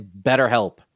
BetterHelp